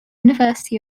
university